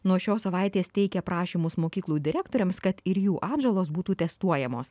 nuo šios savaitės teikia prašymus mokyklų direktoriams kad ir jų atžalos būtų testuojamos